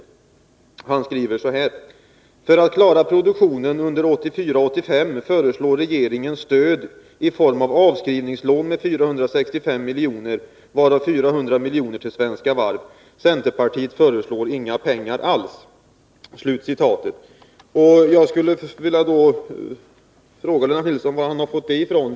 Lennart Nilsson skriver så här: För att klara produktionen under 1984 och 1985 föreslår regeringen stöd i form av avskrivningslån med 465 miljoner, varav 400 miljoner till Svenska Varv. Centerpartiet föreslår inga pengar alls. Jag skulle då vilja fråga Lennart Nilsson var han har fått det ifrån.